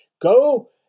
go